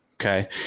Okay